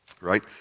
Right